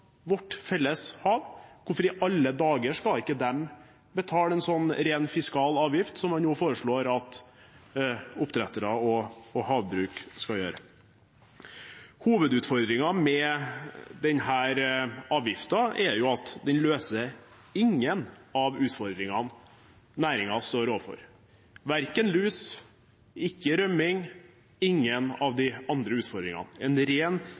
vårt felles hav? Hvorfor i alle dager skal ikke de betale en sånn ren fiskalavgift som man nå foreslår at oppdrettere og havbruk skal gjøre? Hovedutfordringen med denne avgiften er at den løser ingen av utfordringene næringen står overfor – ikke lus, ikke rømning, og ingen av de andre utfordringene.